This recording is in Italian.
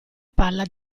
palla